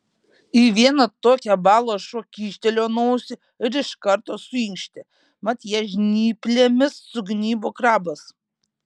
į vieną tokią balą šuo kyštelėjo nosį ir iš karto suinkštė mat ją žnyplėmis sugnybo krabas